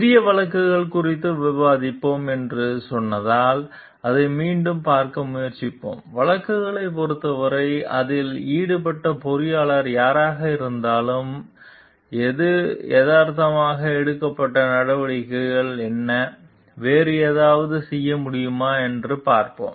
சிறிய வழக்குகள் குறித்து விவாதிப்போம் என்று சொன்னதால் அதை மீண்டும் பார்க்க முயற்சிப்போம் வழக்குகளைப் பொறுத்தவரை அதில் ஈடுபட்ட பொறியாளர் யாராக இருந்தாலும் அது எதார்த்தமாக எடுக்கப்பட்ட நடவடிக்கைகள் என்ன வேறு ஏதாவது செய்ய முடியுமா என்று பார்ப்போம்